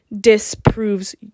disproves